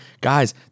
guys